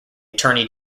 attorney